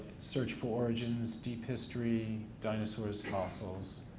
search for origins, deep history, dinosaurs, fossils,